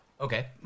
okay